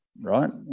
Right